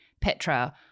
Petra